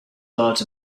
part